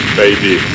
baby